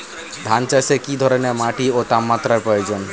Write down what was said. ধান চাষে কী ধরনের মাটি ও তাপমাত্রার প্রয়োজন?